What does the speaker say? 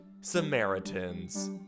Samaritans